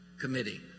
Committee